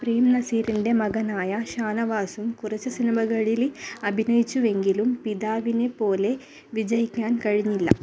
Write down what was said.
പ്രേം നസീറിൻ്റെ മകനായ ഷാനവാസും കുറച്ച് സിനിമകളിൽ അഭിനയിച്ചുവെങ്കിലും പിതാവിനെപ്പോലെ വിജയിക്കാൻ കഴിഞ്ഞില്ല